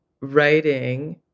writing